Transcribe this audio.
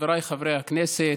חבריי חברי הכנסת,